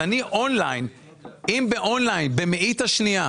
אני באון-ליין במאית השנייה